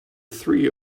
three